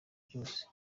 byose